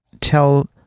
tell